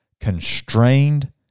constrained